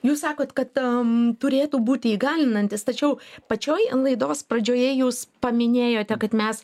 jūs sakot kad tam turėtų būti įgalinantis tačiau pačioj laidos pradžioje jūs paminėjote kad mes